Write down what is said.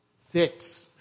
Six